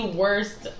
worst